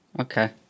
Okay